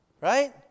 Right